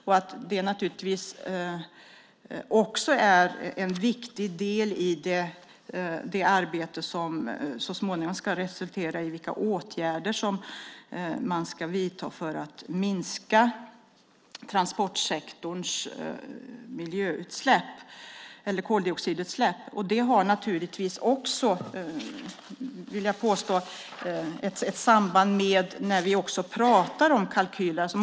Det är naturligtvis också en viktig del i det arbete som så småningom ska resultera i vilka åtgärder som man ska vidta för att minska transportsektorns koldioxidutsläpp. Det har naturligtvis också, vill jag påstå, ett samband med kalkyler, som vi också pratar om.